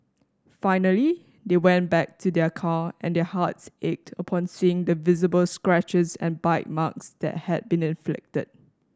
finally they went back to their car and their hearts ached upon seeing the visible scratches and bite marks that had been inflicted